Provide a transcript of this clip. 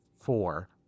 four